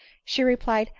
she replied,